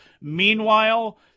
Meanwhile